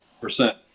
Percent